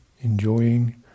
enjoying